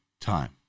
Time